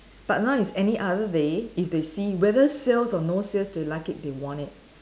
but now it's any other day if they see whether sales or no sales they like it they want it